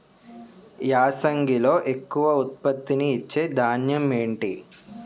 యాసంగిలో ఎక్కువ ఉత్పత్తిని ఇచే ధాన్యం ఏంటి?